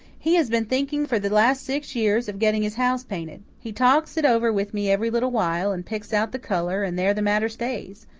he has been thinking for the last six years of getting his house painted. he talks it over with me every little while, and picks out the colour, and there the matter stays.